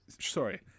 sorry